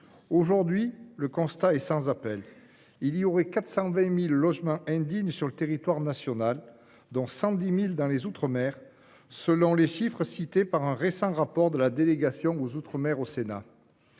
Aujourd'hui, le constat est sans appel : il y aurait 420 000 logements indignes au sein du territoire national, dont 110 000 dans les outre-mer, selon les chiffres cités par un récent rapport de la délégation sénatoriale